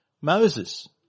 Moses